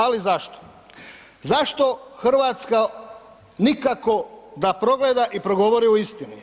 Ali zašto, zašto Hrvatska nikako da progleda i progovori o istini?